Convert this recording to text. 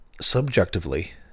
subjectively